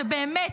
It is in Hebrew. באמת,